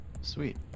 Sweet